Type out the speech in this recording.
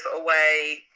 away